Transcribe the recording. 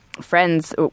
friends